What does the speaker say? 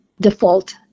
default